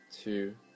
two